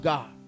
God